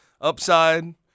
Upside